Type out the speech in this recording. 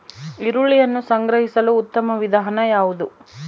ಈರುಳ್ಳಿಯನ್ನು ಸಂಗ್ರಹಿಸಲು ಉತ್ತಮ ವಿಧಾನ ಯಾವುದು?